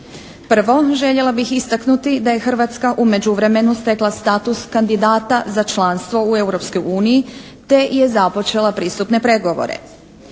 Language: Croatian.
Prvo, željela bih istaknuti da je Hrvatska u međuvremenu stekla status kandidata za članstvo u Europskoj uniji, te je započela pristupne pregovore.